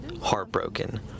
heartbroken